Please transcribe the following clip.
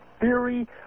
theory